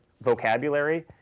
vocabulary